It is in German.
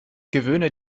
gewöhne